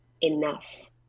Enough